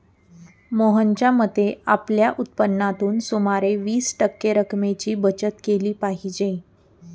मोहनच्या मते, आपल्या उत्पन्नातून सुमारे वीस टक्के रक्कमेची बचत केली पाहिजे